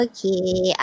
Okay